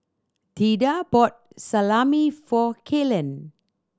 Theda bought Salami for Kaylen